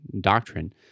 doctrine